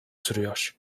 sürüyor